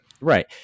right